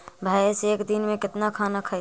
भैंस एक दिन में केतना खाना खैतई?